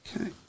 Okay